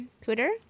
Twitter